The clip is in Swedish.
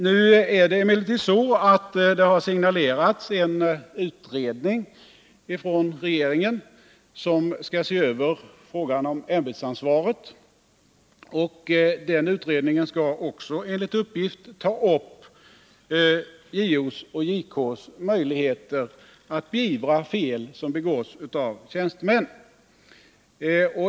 Det har emellertid från regeringens sida signalerats en utredning som skall se över frågan om ämbetsansvaret. Den utredningen skall också enligt uppgift ta upp JO:s och JK:s möjligheter att beivra fel som begås av tjänstemän.